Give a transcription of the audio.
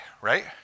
right